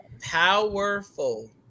Powerful